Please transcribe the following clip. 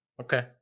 Okay